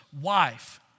wife